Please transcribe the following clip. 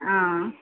ಹಾಂ